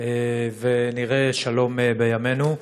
ונראה שלום בימינו.